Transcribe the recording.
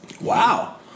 Wow